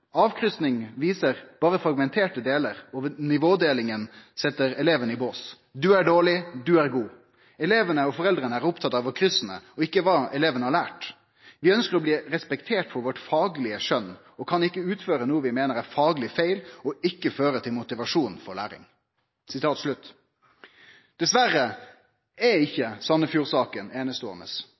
Avkrysningen viser bare fragmenterte deler, og nivådelingen setter elevene i bås: Du er dårlig, og du er god. Elevene og foreldrene er opptatt av kryssene og ikke hva elevene har lært. Vi ønsker å bli respektert for vårt faglige skjønn og kan ikke utføre noe vi mener er faglig feil og ikke fører til motivasjon for læring.» Dessverre er